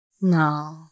No